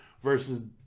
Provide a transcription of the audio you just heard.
versus